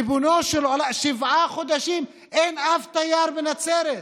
ריבונו של עולם, שבעה חודשים אין אף תייר בנצרת,